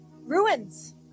ruins